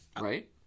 Right